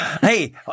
Hey